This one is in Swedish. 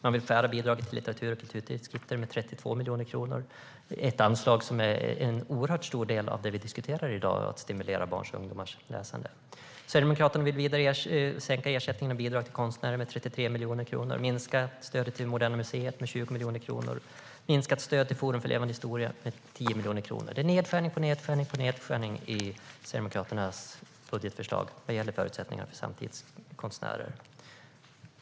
Man vill skära ned bidraget till litteratur och kulturtidskrifter med 32 miljoner kronor. Det är ett anslag som är en oerhört stor del av det vi i dag diskuterar om att stimulera barns och ungdomars läsande. Sverigedemokraterna vill vidare sänka ersättning och bidrag till konstnärer med 33 miljoner kronor och minska stödet till Moderna museet med 20 miljoner kronor. Man vill ha minskat stöd till Forum för levande historia med 10 miljoner kronor. Det är nedskärning på nedskärning i Sverigedemokraternas budgetförslag vad gäller förutsättningar för samtidskonstnärer.